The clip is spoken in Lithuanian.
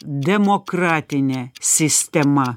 demokratinė sistema